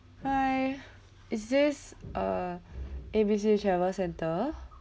hi is this uh A B C travel centre